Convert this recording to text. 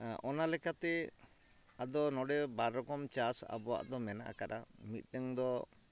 ᱚᱱᱟ ᱞᱮᱠᱟᱛᱮ ᱟᱫᱚ ᱱᱚᱰᱮ ᱵᱟᱨ ᱨᱚᱠᱚᱢ ᱪᱟᱥ ᱟᱵᱚᱣᱟᱜᱫᱚ ᱢᱮᱱᱟ ᱟᱠᱟᱫᱟ ᱢᱤᱫᱴᱟᱝ ᱫᱚ